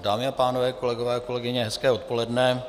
Dámy a pánové, kolegové a kolegyně hezké odpoledne.